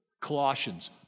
Colossians